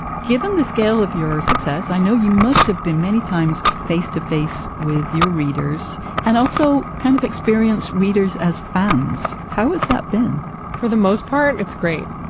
given the scale of your success i know you must have been many times face to face with your readers and also kind of experienced readers as fans. how has that been for the most part? it's great.